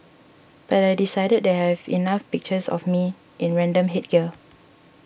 but I decided that I have enough pictures of me in random headgear